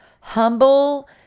humble